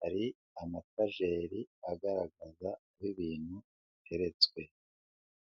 hari amatajeri agaragaza aho ibintu biteretse.